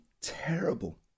terrible